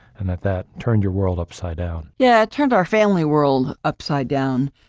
and that that turned your world upside down. yeah, it turned our family world upside down.